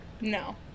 No